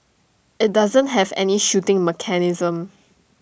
IT doesn't have any shooting mechanism